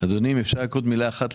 אדוני, אם אפשר לחזק במילה אחת.